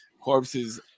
corpses